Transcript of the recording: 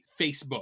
Facebook